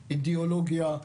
אידיאולוגיה,